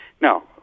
No